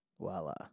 Voila